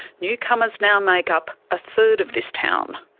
newcomers now make up a third of this town,